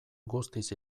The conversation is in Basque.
guztiz